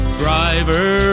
driver